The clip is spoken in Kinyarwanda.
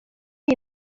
iyi